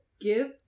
give